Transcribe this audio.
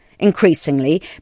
Increasingly